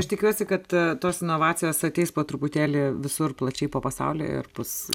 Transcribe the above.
aš tikiuosi kad tos inovacijos ateis po truputėlį visur plačiai po pasaulį ir bus